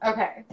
Okay